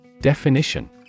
Definition